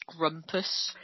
grumpus